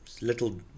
little